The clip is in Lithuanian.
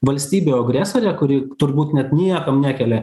valstybe agresore kuri turbūt net niekam nekelia